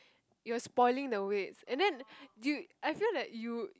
you spoiling the weights and then do you I feel like you